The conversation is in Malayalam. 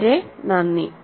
വളരെ നന്ദി